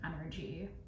energy